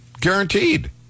guaranteed